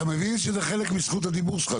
אתה מבין שזה חלק מזכות הדיבור שלך?